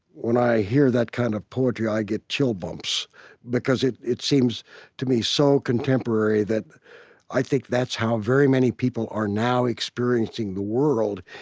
when i hear that kind of poetry, i get chill bumps because it it seems to me so contemporary that i think that's how very many people are now experiencing the world.